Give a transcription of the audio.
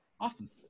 Awesome